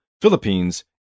Philippines